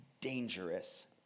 dangerous